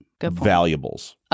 valuables